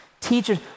teachers